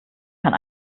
kann